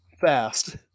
fast